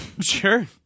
Sure